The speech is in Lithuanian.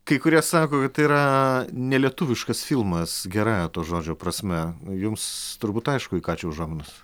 kai kurie sako kad tai yra nelietuviškas filmas gerąja to žodžio prasme jums turbūt aišku į ką čia užuominos